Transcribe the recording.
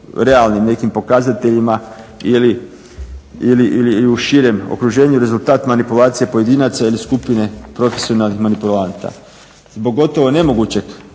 realnim nekim pokazateljima ili u širem okruženju rezultat manipulacije pojedinaca ili skupine profesionalnih manipulanata. Zbog gotovo nemogućeg